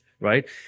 right